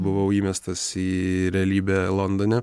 buvau įmestas į realybę londone